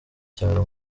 cyaro